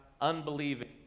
unbelieving